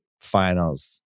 finals